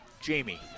Jamie